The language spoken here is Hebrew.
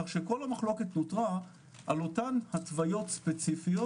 כך שכל המחלוקת נותרה על אותן התוויות ספציפיות